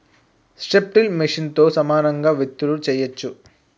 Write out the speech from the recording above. strip till మెషిన్తో సమానంగా విత్తులు వేయొచ్చు